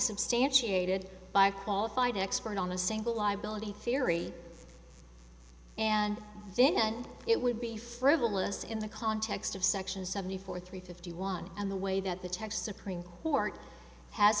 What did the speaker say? substantiated by a qualified expert on a single liability theory and then it would be frivolous in the context of section seventy four three fifty one and the way that the texas supreme court has